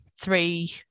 three